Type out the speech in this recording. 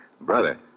Brother